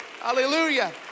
Hallelujah